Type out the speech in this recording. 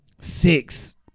six